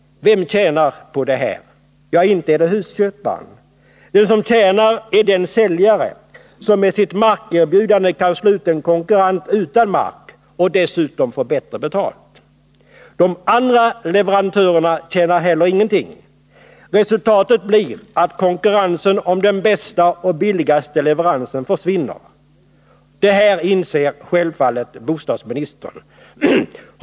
Vem tjänar på det här? Ja, inte är det husköparen. Den som tjänar är den säljare som med sitt markerbjudande kan slå ut en konkurrent utan mark och dessutom få bättre betalt. De andra leverantörerna tjänar heller ingenting — resultatet blir att konkurrensen om den bästa och billigaste leveransen försvinner. Det här inser självfallet bostadsministern.